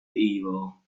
evil